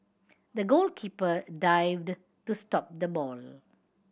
the goalkeeper dived to stop the ball